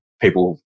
people